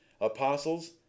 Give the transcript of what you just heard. apostles